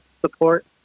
support